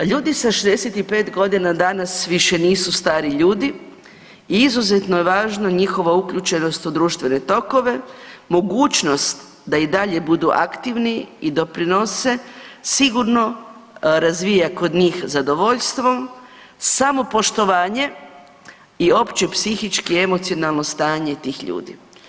Ljudi sa 65 godina danas više nisu stariji ljudi i izuzetno je važno njihova uključenost u društvene tokove, mogućnost da i dalje budu aktivni i doprinose, sigurno razvija kod njih zadovoljstvo, samopoštovanje i opće psihički, emocionalno stanje tih ljudi.